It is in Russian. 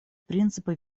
принципа